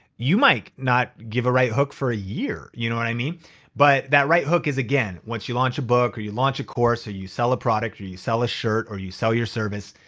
you might not give a right hook for a year. you know and i mean but that right hook is, again, once you launch a book or you launch a course or you sell a product, or you sell a shirt or you sell your service.